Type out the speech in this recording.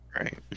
Right